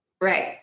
right